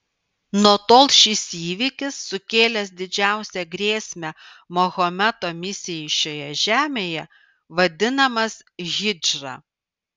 nuo tol šis įvykis sukėlęs didžiausią grėsmę mahometo misijai šioje žemėje vadinamas hidžra